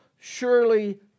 surely